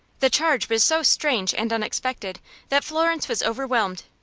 the charge was so strange and unexpected that florence was overwhelmed.